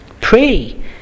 pray